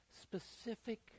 specific